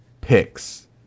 picks